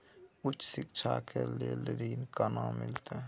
उच्च शिक्षा के लेल ऋण केना मिलते?